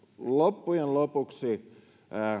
loppujen lopuksi